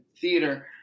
theater